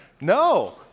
No